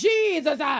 Jesus